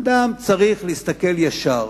אדם צריך להסתכל ישר.